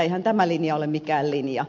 eihän tämä linja ole mikään linja